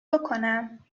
بکنم